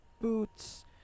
boots